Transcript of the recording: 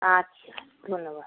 আচ্ছা ধন্যবাদ